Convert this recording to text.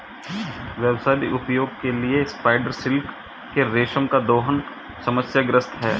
व्यावसायिक उपयोग के लिए स्पाइडर सिल्क के रेशम का दोहन समस्याग्रस्त है